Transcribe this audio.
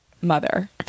mother